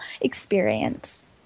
experience